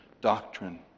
doctrine